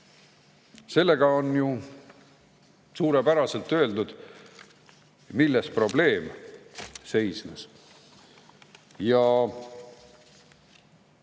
Sellega on ju suurepäraselt öeldud, milles probleem seisnes.